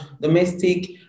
domestic